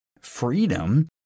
Freedom